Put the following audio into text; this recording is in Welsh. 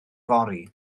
fory